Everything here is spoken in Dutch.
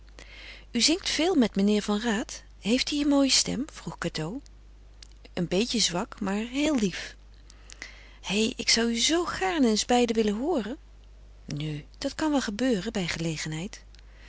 u zingt veel met meneer van raat heeft hij een mooie stem vroeg cateau een beetje zwak maar heel lief hé ik zou u zoo gaarne eens beiden willen hooren nu dat kan wel gebeuren bij gelegenheid